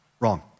wrong